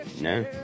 No